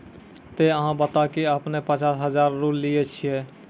ते अहाँ बता की आपने ने पचास हजार रु लिए छिए?